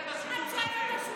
עשית את השידוך הזה.